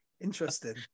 interesting